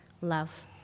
love